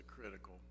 critical